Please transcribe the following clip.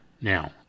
now